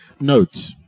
Note